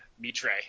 Mitre